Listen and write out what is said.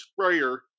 sprayer